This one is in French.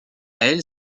elle